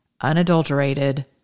unadulterated